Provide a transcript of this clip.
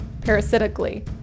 parasitically